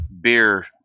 beer